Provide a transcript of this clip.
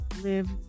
live